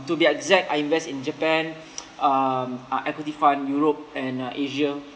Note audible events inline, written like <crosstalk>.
to be exact I invest in Japan <noise> um uh equity fund europe and uh asia